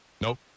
Nope